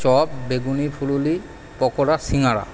chop বেগুনি ফুলুরি পকোড়া শিঙাড়া